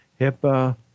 HIPAA